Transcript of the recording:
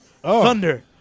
Thunder